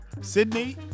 sydney